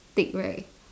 thick right